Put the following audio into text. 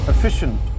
Efficient